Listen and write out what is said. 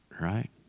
right